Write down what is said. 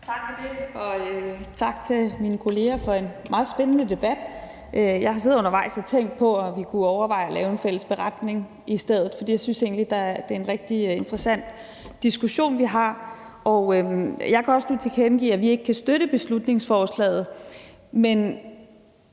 Tak for det, og tak til mine kolleger for en meget spændende debat. Jeg har undervejs siddet og tænkt på, om vi kunne overveje at lave en fælles beretning i stedet, for jeg synes egentlig, det er en rigtig interessant diskussion, vi har. Jeg kan også nu tilkendegive, at vi ikke kan støtte beslutningsforslaget. Men